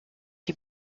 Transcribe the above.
die